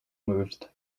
moved